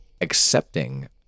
Accepting